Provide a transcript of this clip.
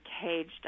caged